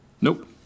Nope